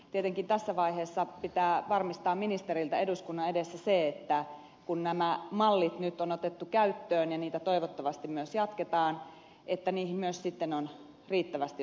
tietenkin tässä vaiheessa pitää varmistaa ministeriltä eduskunnan edessä se kun nämä mallit nyt on otettu käyttöön ja niitä toivottavasti myös jatketaan että niihin myös sitten on riittävästi osoittaa rahaa